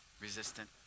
Resistant